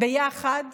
ביחד.